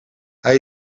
hij